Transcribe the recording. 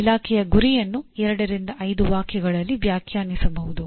ಇಲಾಖೆಯ ಗುರಿಯನ್ನು ಎರಡರಿಂದ ಐದು ವಾಕ್ಯಗಳಲ್ಲಿ ವ್ಯಾಖ್ಯಾನಿಸಬಹುದು